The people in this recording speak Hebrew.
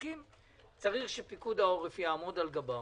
צריך שפיקוד העורף יעמוד על גבן,